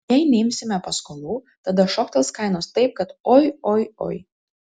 jei neimsime paskolų tada šoktels kainos taip kad oi oi oi